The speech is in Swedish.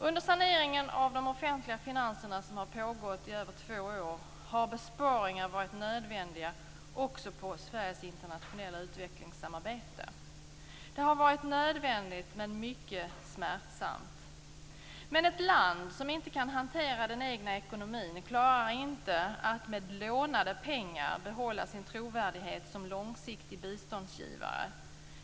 Under saneringen av de offentliga finanserna, som har pågått i över två år, har besparingar varit nödvändiga också på Sveriges internationella utvecklingssamarbete. Det har varit nödvändigt men mycket smärtsamt. Ett land som inte kan hantera den egna ekonomin klarar inte att med lånade pengar behålla sin trovärdighet som långsiktig biståndsgivare.